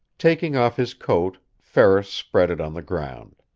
taking off his coat, ferris spread it on the ground.